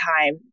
time